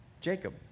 Jacob